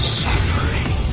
suffering